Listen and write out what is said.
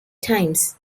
times